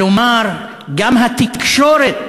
כלומר, גם התקשורת